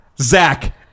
Zach